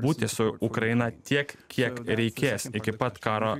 būti su ukraina tiek kiek reikės iki pat karo